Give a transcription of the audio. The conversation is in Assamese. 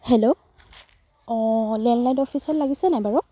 হেল্ল' অ' লেণ্ডলাইন অফিচত লাগিছে নাই বাৰু